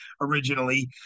originally